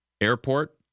airport